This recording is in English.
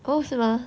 oh 是吗